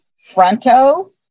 fronto